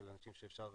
של אנשים שאפשר